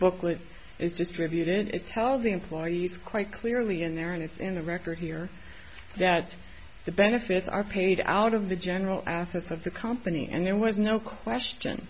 booklet is distributed it tells the employees quite clearly in there and it's in the record here that the benefits are paid out of the general assets of the company and there was no question